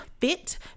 fit